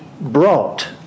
brought